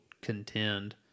contend